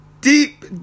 deep